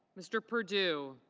mr. perdue.